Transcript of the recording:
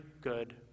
good